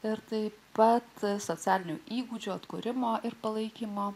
ir taip pat socialinių įgūdžių atkūrimo ir palaikymo